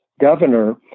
governor